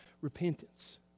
repentance